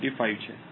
25 છે